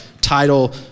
title